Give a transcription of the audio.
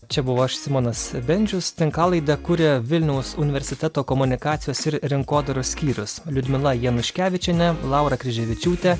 čia buvau aš simonas bendžius tinklalaidę kuria vilniaus universiteto komunikacijos ir rinkodaros skyrius liudmila januškevičienė laura kryževičiūtė